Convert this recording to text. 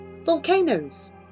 volcanoes